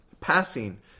passing